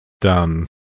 done